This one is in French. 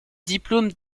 diplôme